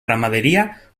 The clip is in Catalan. ramaderia